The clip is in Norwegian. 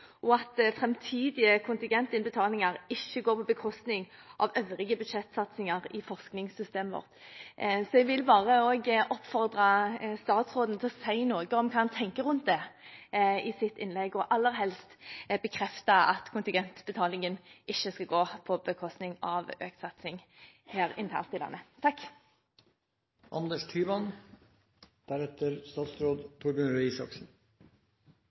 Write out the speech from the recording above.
og at framtidige kontingentinnbetalinger ikke går på bekostning av øvrige budsjettsatsinger i forskningssystemet vårt. Så jeg vil bare også oppfordre statsråden til i sitt innlegg å si noe om hva han tenker rundt det, og aller helst bekrefte at kontingentinnbetalingen ikke skal gå på bekostning av økt satsing internt her